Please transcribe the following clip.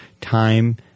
time